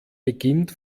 beginnt